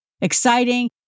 exciting